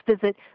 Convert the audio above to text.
visit